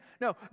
No